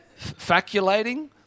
Faculating